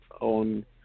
on